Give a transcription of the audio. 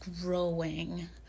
growing